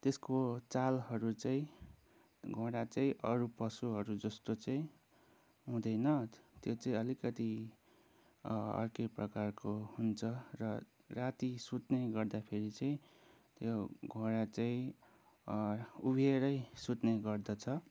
त्यसको चालहरू चाहिँ घोडा चाहिँ अरू पशुहरू जस्तो चाहिँ हुँदैन त्यो चाहिँ अलिकति अर्कै प्रकारको हुन्छ र राति सुत्ने गर्दाखेरि चाहिँ यो घोडा चाहिँ उभिएरै सुत्ने गर्दछ